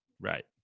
Right